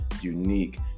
unique